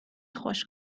خوش